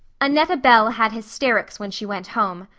annetta bell had hysterics when she went home.